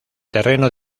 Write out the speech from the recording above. terreno